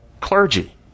clergy